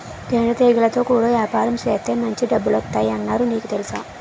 తేనెటీగలతో కూడా యాపారం సేత్తే మాంచి డబ్బులొత్తాయ్ అన్నారు నీకు తెలుసా?